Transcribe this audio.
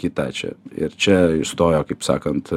hitachi ir čia įstojo kaip sakant